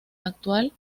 actual